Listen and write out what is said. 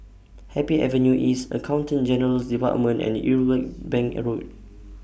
Happy Avenue East Accountant General's department and Irwell Bank Road